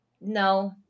no